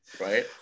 right